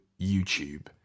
YouTube